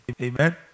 Amen